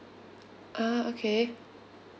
ah okay